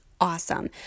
awesome